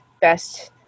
best